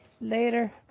Later